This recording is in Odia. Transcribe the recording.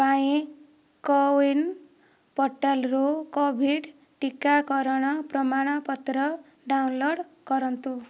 ପାଇଁ କୋୱିନ୍ ପୋର୍ଟାଲ୍ରୁ କୋଭିଡ଼୍ ଟିକାକରଣ ପ୍ରମାଣପତ୍ର ଡ଼ାଉନଲୋଡ଼୍ କରନ୍ତୁ